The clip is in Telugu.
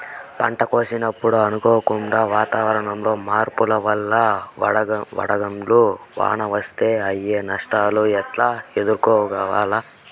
పంట కోసినప్పుడు అనుకోకుండా వాతావరణంలో మార్పుల వల్ల వడగండ్ల వాన వస్తే అయ్యే నష్టాలు ఎట్లా ఎదుర్కోవాలా?